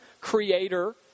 creator